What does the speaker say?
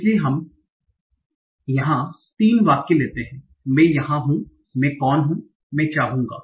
इसलिए हम यह तीन वाक्य लेते हैं मैं यहां हूं मैं कौन हूं मैं चाहूंगा